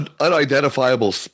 unidentifiable